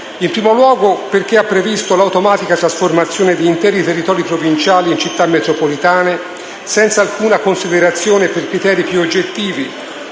In primo luogo, ha previsto l'automatica trasformazione di interi territori provinciali in Città metropolitane senza alcuna considerazione per criteri più oggettivi,